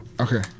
Okay